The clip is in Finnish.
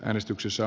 äänestyksissä